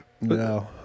No